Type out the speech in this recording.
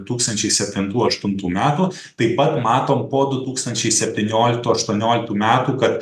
du tūkstančiai septintų aštuntų metų taip pat matom po du tūkstančiai septynioliktų aštuonioliktų metų kad